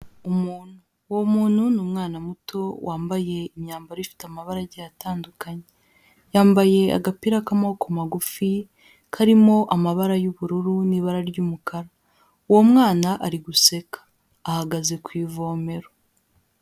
Umuntu uwo muntu ni umwana muto wambaye imyambaro ifite amabara agiye atandukanye, yambaye agapira k'amaboko magufi, karimo amabara y'ubururu n'ibara ry'umukara, uwo mwana ari guseka ahagaze ku ivomero.